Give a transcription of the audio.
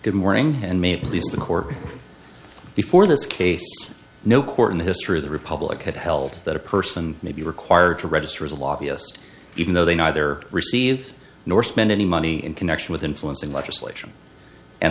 good morning and may please the court before this case no court in the history of the republic had held that a person may be required to register as a lobbyist even though they neither receive nor spend any money in connection with influencing legislation and